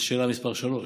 לשאלה מס' 3,